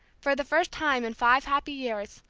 for the first time in five happy years,